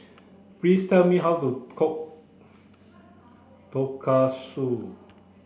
please tell me how to cook Tonkatsu